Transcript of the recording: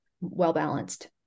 well-balanced